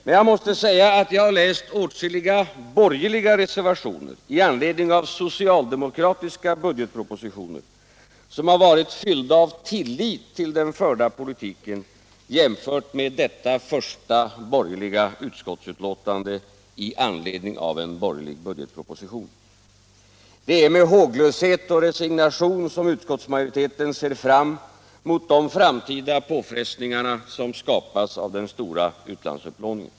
Men jag måste säga att jag har läst åtskilliga borgerliga reservationer i anledning av socialdemokratiska budgetpropositioner, som har varit mera fyllda av tillit till den förda politiken än detta första borgerliga utskottsuttalande i anledning av en borgerlig budgetproposition. Det är med håglöshet och resignation som utskottsmajoriteten ser fram mot de framtida påfrestningar som skapas av den stora utlandsupplåningen.